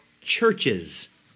churches